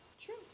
True